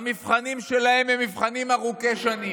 המבחנים שלהם הם מבחנים ארוכי שנים